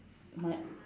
my